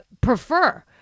prefer